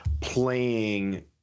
playing